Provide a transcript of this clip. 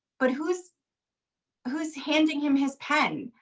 but who is who is handing him his pen?